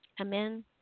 Amen